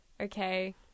okay